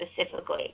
specifically